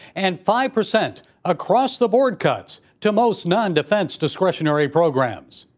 and five percent across-the-board cuts. to most non-defense discretionary programs.